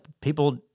people